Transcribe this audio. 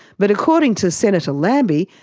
but according to senator lambie,